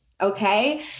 Okay